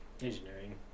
Engineering